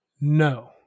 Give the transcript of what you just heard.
no